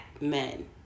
men